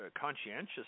conscientious